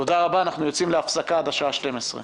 תודה רבה, הישיבה נעולה.